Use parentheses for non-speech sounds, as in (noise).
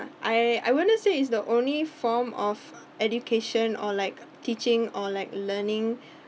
I I wouldn't say it's the only form of education or like teaching or like learning (breath)